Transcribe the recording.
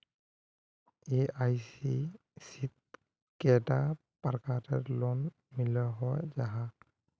LIC शित कैडा प्रकारेर लोन मिलोहो जाहा?